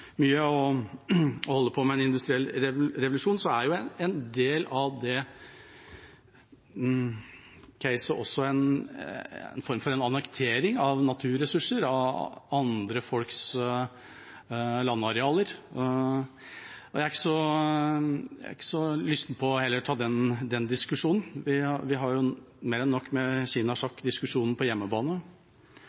mye og holder på med en industriell revolusjon, så er jo en del av den casen også en form for en annektering av naturressurser, av andre folks landarealer. Jeg er heller ikke så lysten på å ta den diskusjonen, vi har jo mer enn nok med kinasjakk-diskusjonen på hjemmebane.